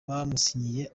bamusinyiye